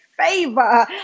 Favor